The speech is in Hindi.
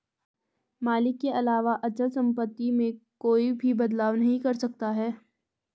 मालिक के अलावा अचल सम्पत्ति में कोई भी बदलाव नहीं कर सकता है